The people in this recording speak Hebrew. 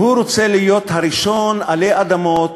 והוא רוצה להיות הראשון עלי אדמות